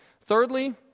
Thirdly